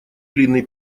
длинный